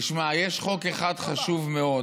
תשמע, יש חוק אחד חשוב מאוד